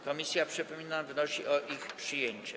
Komisja, przypominam, wnosi o ich przyjęcie.